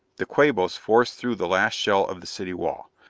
the quabos force through the last shell of the city wall.